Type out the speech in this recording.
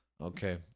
Okay